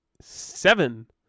seven